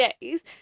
days